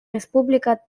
республика